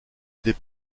des